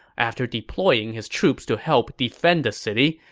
after deploying his troops to help defend the city,